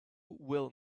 will